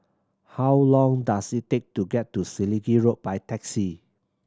how long does it take to get to Selegie Road by taxi